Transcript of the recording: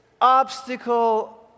obstacle